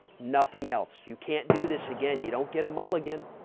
nothing else. you can't do this again. you don't get a mulligan,